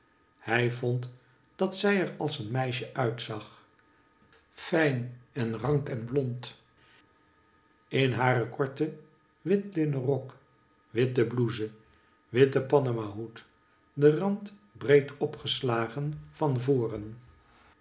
hij vond dat zij er als een meisje uitzag fijn en rank en blond in haren korten wit linnen rok witte blouse witte panama hoed den rand breed opgeslagen van voren